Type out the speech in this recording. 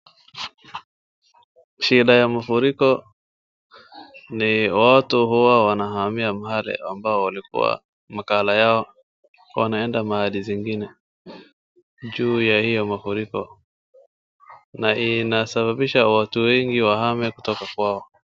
Shida ya mafuriko ni watu huwa wanahamia mahali ambao ulikuwa makala yao wanaenda mahali zingine ,juu ya hiyo mafuriko na inasababisha watu wengi wahame kutoka kwao.